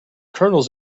kernels